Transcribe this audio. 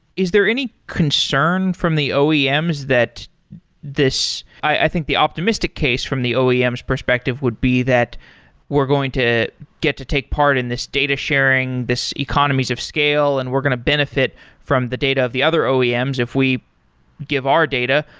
is there any concern concern from the oems that this i think the optimistic case from the oem's perspective would be that we're going to get to take part in this data sharing, this economies of scale and we're going to benefit from the data of the other oems if we give our data.